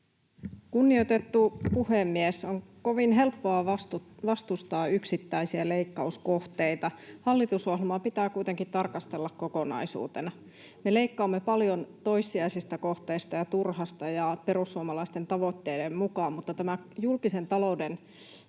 Kunnioitettu puhemies! On kovin helppoa vastustaa yksittäisiä leikkauskohteita. Hallitusohjelmaa pitää kuitenkin tarkastella kokonaisuutena. Me leikkaamme paljon toissijaisista kohteista ja turhasta ja perussuomalaisten tavoitteiden mukaan, mutta tämä julkisen talouden